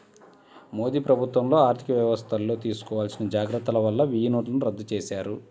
మోదీ ప్రభుత్వంలో ఆర్ధికవ్యవస్థల్లో తీసుకోవాల్సిన జాగర్తల వల్ల వెయ్యినోట్లను రద్దు చేశారు